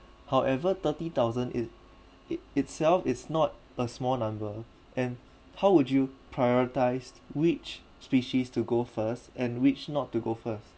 however thirty thousand it it itself is not a small number and how would you prioritise which species to go first and which not to go first